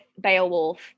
beowulf